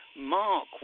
Mark